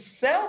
sell